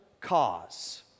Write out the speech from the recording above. cause